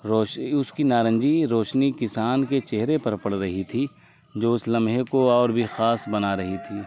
روشنی اس کی نارنجی روشنی کسان کے چہرے پر پڑ رہی تھی جو اس لمحے کو اور بھی خاص بنا رہی تھی